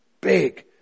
Big